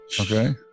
Okay